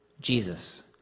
Jesus